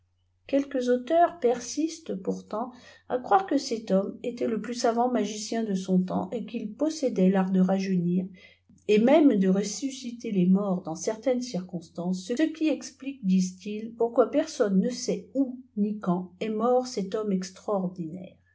quelques auteurs persistent pourtant à croire que cet homme était le plus savant magicien de sqn temps et qu'il possédait l'art de rajetinir et même dé ressusei ter les morts dans certaines circonstances ce qui explique disent-ils pourquoi personne ne sait où ni quand est mort cet homme